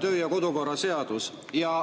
töö‑ ja kodukorra seadus.